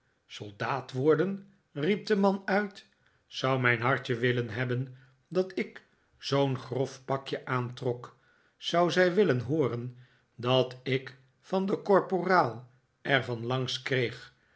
soldaat worden riep de man uit zou mijn hartje willen hebben dat ik zoo'n grof pakje aantrok zou zij willen hooren dat ik van den korporaal er van langs kreeg